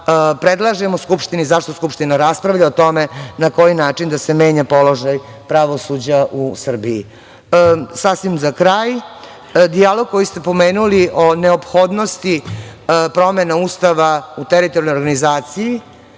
predlažemo Skupštini, zašto Skupština rasprava o tome na koji način da se menja položaj pravosuđa u Srbiji. Sasvim za kraj. Dijalog koji ste pomenuli o neophodnosti promena Ustava u teritorijalnog organizaciji.